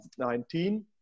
2019